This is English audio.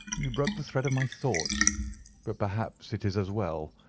you broke the thread of my thoughts but perhaps it is as well.